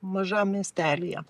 mažam miestelyje